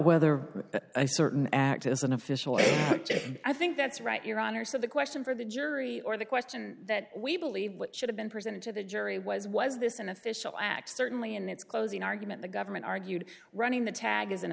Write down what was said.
whether a certain act is an official i think that's right your honor so the question for the jury or the question that we believe what should have been presented to the jury was was this an official act certainly in its closing argument the government argued running the tag as an